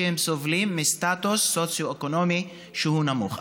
שסובלים מסטטוס סוציו-אקונומי נמוך.